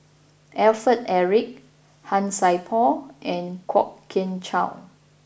Alfred Eric Han Sai Por and Kwok Kian Chow